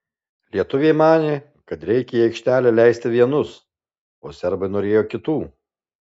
lietuviai manė kad reikia į aikštelę leisti vienus o serbai norėjo kitų